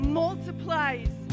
multiplies